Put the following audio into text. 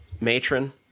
Matron